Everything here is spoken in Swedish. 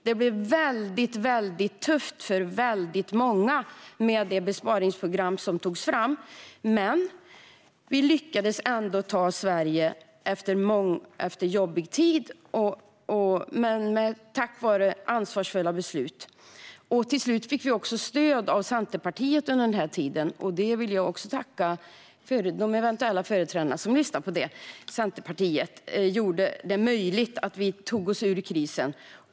Det blev väldigt tufft för väldigt många med det besparingsprogram som togs fram, men vi lyckades ändå ta Sverige ur en jobbig tid tack vare ansvarsfulla beslut. Till slut fick vi också stöd av Centerpartiet. Det vill jag tacka eventuella centerföreträdare som lyssnar för. Centerpartiet gjorde det möjligt för oss att ta oss ur krisen.